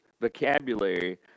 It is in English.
vocabulary